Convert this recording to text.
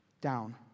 down